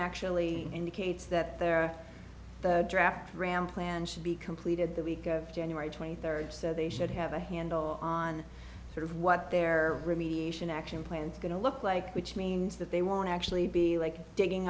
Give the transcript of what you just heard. actually indicates that their draft ram plan should be completed the week of january twenty third so they should have a handle on sort of what their remediation action plans going to look like which means that they won't actually be like digging